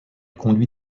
conduit